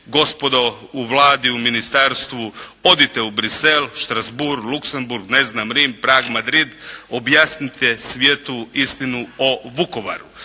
Gospodo u Vladi, u ministarstvu odite u Bruxelles, Strassbourg, Luxemburg, Rim, Prag, Madrid, objasnite svijetu istinu o Vukovaru.